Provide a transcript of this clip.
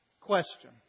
question